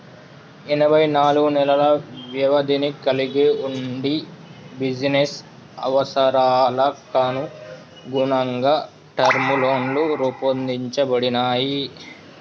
ఎనబై నాలుగు నెలల వ్యవధిని కలిగి వుండి బిజినెస్ అవసరాలకనుగుణంగా టర్మ్ లోన్లు రూపొందించబడినయ్